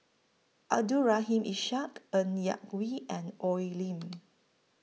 Abdul Rahim Ishak Ng Yak Whee and Oi Lin